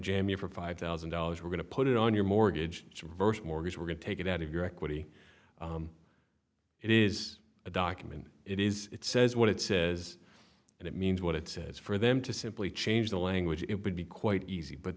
am you for five thousand dollars we're going to put it on your mortgage it's reverse mortgage we're going to take it out of your equity it is a document it is it says what it says and it means what it says for them to simply change the language it would be quite easy but